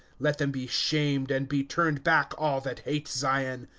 let them be shamed, and be turned back, all that hate zion.